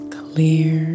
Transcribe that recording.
clear